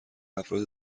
افراد